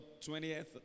20th